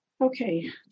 Okay